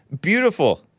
beautiful